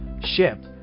ship